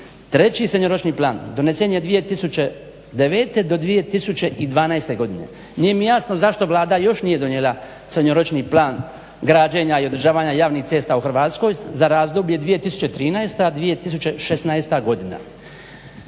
treći srednjoročni donesen je 2009.do 2012.godine. nije mi jasno zašto Vlada još nije donijela srednjoročni plan građenja i odražavanja javnih cesta u Hrvatskoj za razdoblje 2013.-2016.godina.